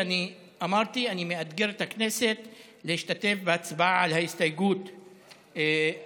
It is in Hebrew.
ואני אמרתי: אני מאתגר את הכנסת להשתתף בהצבעה על ההסתייגות הפשוטה,